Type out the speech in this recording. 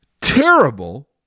terrible